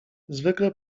zwykle